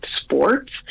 sports